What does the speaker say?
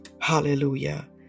Hallelujah